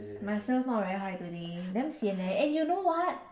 my sales not very high today damn sian eh and you know what